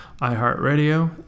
iHeartRadio